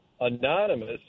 anonymous